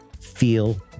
feel